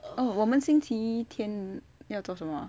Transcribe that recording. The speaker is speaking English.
oh 我们星期一天要做什么 ah